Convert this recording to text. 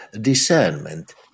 discernment